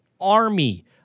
army